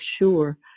sure